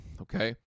Okay